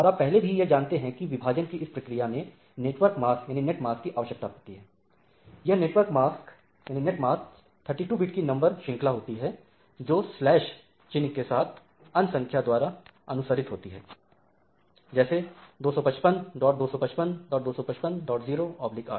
और आप पहले ही यह जानते हैं कि विभाजन की इस प्रक्रिया में नेटवर्क मास्क की आवश्यकता पड़ती है यह नेटवर्क मास्क 32bit की नंबर श्रृंखला होती है जो शलैश चिन्ह के साथ अन्य संख्या Mask No द्वारा अनुसरित होती है जैसे 2552552550 8